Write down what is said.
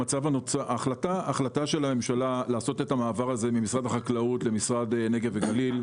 ההחלטה של הממשלה לעשות את המעבר הזה ממשרד החקלאות למשרד נגב וגליל,